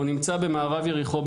הוא נמצא במערב יריחו,